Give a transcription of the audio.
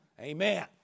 Amen